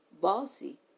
bossy